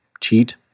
cheat